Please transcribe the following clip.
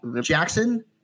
Jackson